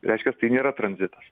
reiškias tai nėra tranzitas